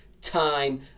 time